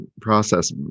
process